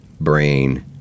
brain